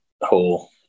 whole